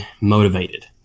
motivated